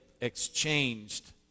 exchanged